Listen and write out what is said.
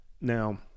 Now